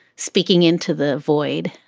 speaking into the void.